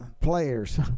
players